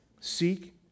Seek